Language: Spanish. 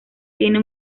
tiene